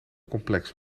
complex